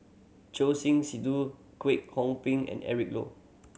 Choor Singh Sidhu Kwek Hong Png and Eric Low